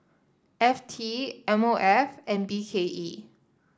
F T M O F and B K E